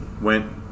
Went